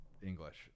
English